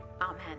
Amen